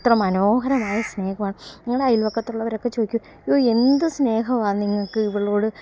അത്ര മനോഹരമായ സ്നേഹമാണ് ഞങ്ങളുടെ അയൽവക്കത്തുള്ളവരൊക്കെ ചോദിക്കും അയ്യോ എന്ത് സ്നേഹമാണ് നിങ്ങള്ക്ക് ഇവളോട്